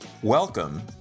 Welcome